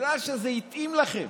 בגלל שזה התאים לכם,